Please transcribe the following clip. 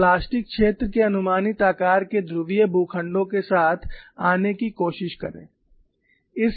और प्लास्टिक क्षेत्र के अनुमानित आकार के ध्रुवीय भूखंडों के साथ आने की कोशिश करें